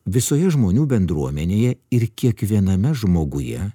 visoje žmonių bendruomenėje ir kiekviename žmoguje